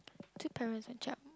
two parents and a child